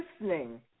listening